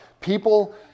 people